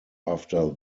after